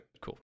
cool